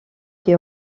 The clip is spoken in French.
qui